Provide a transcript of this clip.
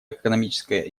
экономическая